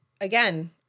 again